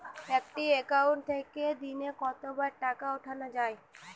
একটি একাউন্ট থেকে দিনে কতবার টাকা পাঠানো য়ায়?